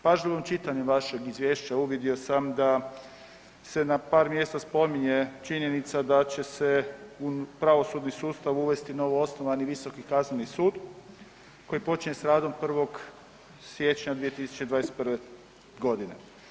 Pažljivim čitanjem vašeg izvješća uvidio sam da se na par mjesta spominje činjenica da će se u pravosudni sustav uvesti novoosnovani Visoki kazneni sud, koji počinje s radom 1. siječnja 2021. godine.